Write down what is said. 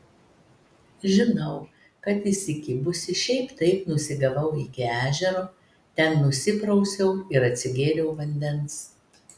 žinau kad įsikibusi šiaip taip nusigavau iki ežero ten nusiprausiau ir atsigėriau vandens